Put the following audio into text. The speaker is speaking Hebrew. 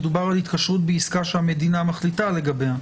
מדובר על התקשרות שהמדינה מחליטה לגביה.